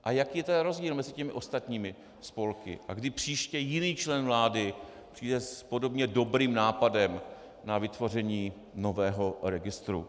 A jaký je ten rozdíl mezi ostatními spolky a kdy příště jiný člen vlády přijde s podobně dobrým nápadem na vytvoření nového registru?